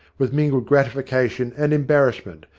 with mingled gratification and embarrassment,